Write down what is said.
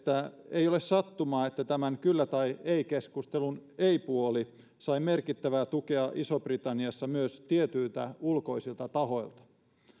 ei ole sattumaa että tämän kyllä tai ei keskustelun ei puoli sai merkittävää tukea isossa britanniassa myös tietyiltä ulkoisilta tahoilta